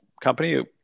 company